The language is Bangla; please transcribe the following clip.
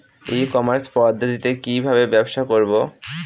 ই কমার্স পদ্ধতিতে কি ভাবে ব্যবসা করব?